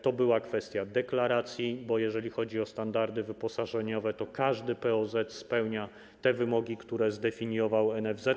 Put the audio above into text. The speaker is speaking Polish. To była kwestia deklaracji, bo jeżeli chodzi o standardy wyposażeniowe, to każdy POZ spełnia wymogi, które zdefiniował NFZ.